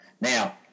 Now